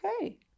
okay